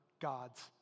God's